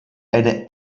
eine